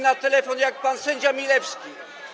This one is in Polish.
na telefon, tak jak pan sędzia Milewski.